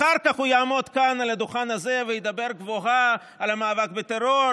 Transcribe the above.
אחר כך הוא יעמוד כאן על הדוכן הזה וידבר גבוהה על המאבק בטרור,